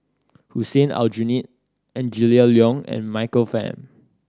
Hussein Aljunied Angela Liong and Michael Fam